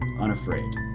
unafraid